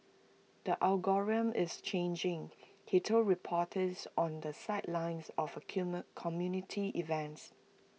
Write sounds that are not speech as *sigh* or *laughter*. the algorithm is changing he told reporters on the sidelines of A *unintelligible* community events